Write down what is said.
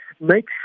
make